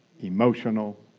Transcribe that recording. emotional